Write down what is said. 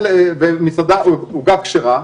עוגה כשרה,